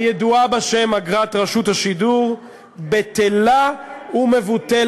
הידועה בשם אגרת רשות השידור, בטלה ומבוטלת.